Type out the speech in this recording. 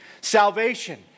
Salvation